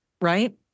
right